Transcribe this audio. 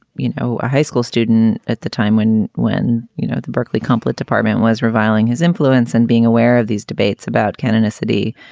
you know, a high school student at the time when when you know the berkeley complet department was reviling his influence and being aware of these debates about canon acity,